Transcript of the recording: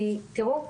כי תראו,